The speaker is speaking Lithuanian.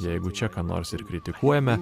jeigu čia ką nors ir kritikuojame